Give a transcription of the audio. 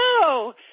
no